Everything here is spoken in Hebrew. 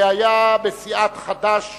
היה בסיעת חד"ש